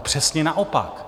Přesně naopak!